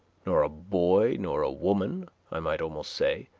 nor a boy, nor a woman, i might almost say,